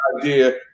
idea